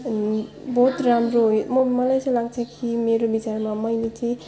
अनि बहुत राम्रो उयो म मलाई चाहिँ लाग्छ कि मेरो विचारमा मैले चाहिँ